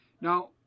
Now